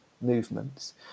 movements